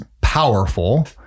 powerful